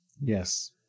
Yes